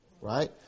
Right